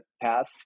path